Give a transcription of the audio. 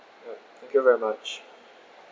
ya thank you very much